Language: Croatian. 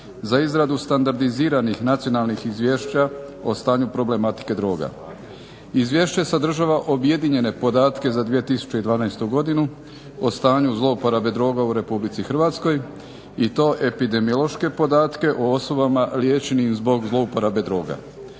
za izradu standardiziranih nacionalnih izvješća o stanju problematike droga. Izvješće sadržava objedinjene podatke za 2012. godinu o stanju zlouporabe droga u Republici Hrvatskoj i to epidemiološke podatke o osobama liječenim zbog zlouporabe droga,